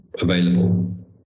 available